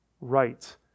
right